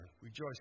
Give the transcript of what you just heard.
rejoice